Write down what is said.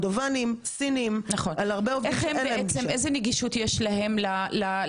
נכון, איזה נגישות יש להם לחשבון שלהם של הפיקדון?